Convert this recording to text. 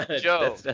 Joe